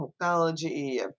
technology